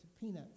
peanuts